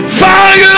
fire